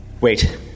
Wait